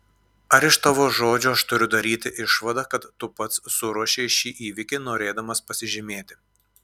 ar iš tavo žodžių aš turiu daryti išvadą kad tu pats suruošei šį įvykį norėdamas pasižymėti